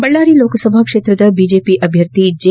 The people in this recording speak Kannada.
ಬಳ್ಳಾರಿ ಲೋಕಸಭಾ ಕ್ಷೇತ್ರದ ಬಿಜೆಪಿ ಅಭ್ಯರ್ಥಿ ಜೆ